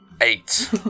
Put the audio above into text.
Eight